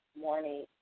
morning